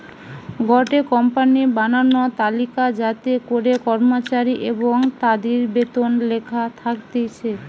গটে কোম্পানির বানানো তালিকা যাতে করে কর্মচারী এবং তাদির বেতন লেখা থাকতিছে